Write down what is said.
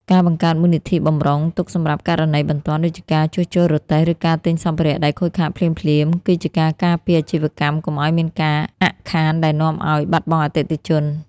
ការបង្កើតមូលនិធិបម្រុងទុកសម្រាប់ករណីបន្ទាន់ ដូចជាការជួសជុលរទេះ ឬការទិញសម្ភារៈដែលខូចខាតភ្លាមៗ គឺជាការការពារអាជីវកម្មកុំឱ្យមានការអាក់ខានដែលនាំឱ្យបាត់បង់អតិថិជន។